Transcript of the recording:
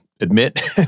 admit